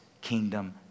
kingdom